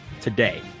today